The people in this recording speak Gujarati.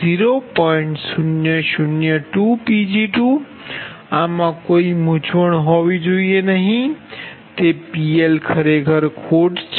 002Pg2આમાં કોઈ મૂંઝવણ હોવી જોઈએ નહીં કે તે ખરેખર ખોટ છે